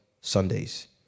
sundays